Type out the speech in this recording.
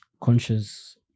conscious